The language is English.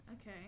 Okay